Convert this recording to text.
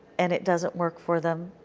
and it doesn't work for them.